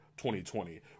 2020